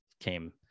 came